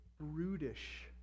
brutish